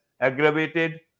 aggravated